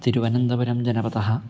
तिरुवनन्तपुरं जनपदः